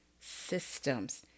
systems